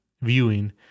viewing